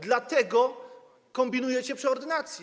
Dlatego kombinujecie przy ordynacji.